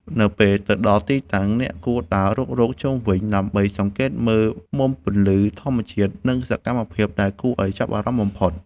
នៅពេលទៅដល់ទីតាំង អ្នកគួរដើររុករកជុំវិញដើម្បីសង្កេតមើលមុំពន្លឺធម្មជាតិ និងសកម្មភាពដែលគួរឱ្យចាប់អារម្មណ៍បំផុត។